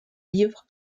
livres